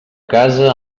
casa